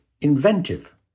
inventive